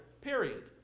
period